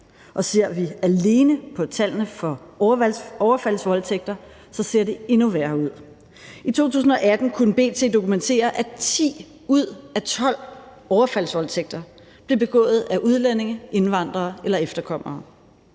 Og ser vi alene på tallene for overfaldsvoldtægter, ser det endnu værre ud: I 2018 kunne B.T. dokumentere, at 10 ud af 12 overfaldsvoldtægter blev begået af udlændinge, indvandrere eller efterkommere.